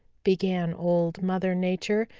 began old mother nature,